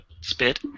spit